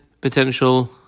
potential